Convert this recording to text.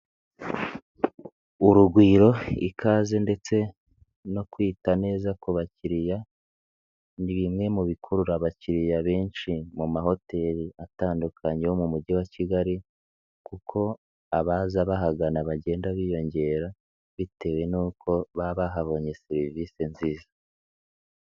Urugwiro ikaze ndetse no kwita neza ku bakiriya, ni bimwe mu bikurura abakiriya benshi mu mahoteli atandukanye yo mu mujyi wa Kigali, kuko abaza bahagana bagenda biyongera bitewe n'uko babahabonye serivisi nziza.